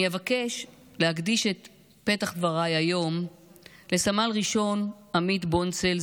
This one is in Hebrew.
אני אבקש להקדיש את פתח דבריי היום לסמל ראשון עמית בונצל,